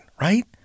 right